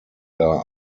are